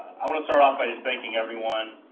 want to start off by just thanking everyone